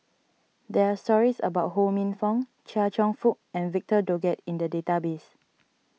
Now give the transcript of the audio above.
there are stories about Ho Minfong Chia Cheong Fook and Victor Doggett in the database